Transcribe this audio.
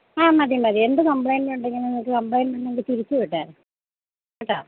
ആ മതി മതി എന്ത് കംപ്ലെയിൻ്റുണ്ടെങ്കിലും നിങ്ങള്ക്ക് കംപ്ലെയിൻ്റ് ഉണ്ടെങ്കില് തിരിച്ചുവിട്ടേരെ കേട്ടോ